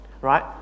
right